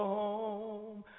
home